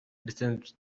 distant